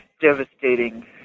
devastating